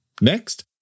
Next